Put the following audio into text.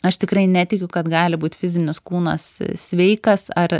aš tikrai netikiu kad gali būt fizinis kūnas sveikas ar